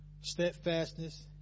steadfastness